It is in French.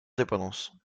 dépendance